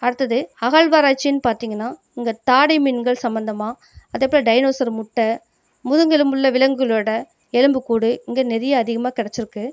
அடுத்தது அகழ்வாராய்ச்சினு பார்த்தீங்கன்னா இங்க தாடை மீன்கள் சம்மந்தமாக அதேபோல டைனோசர் முட்டை முதுகெலும்புள்ள விலங்குகளோட எலும்புக்கூடு இங்கே நிறைய அதிகமாக கிடைச்சிருக்கு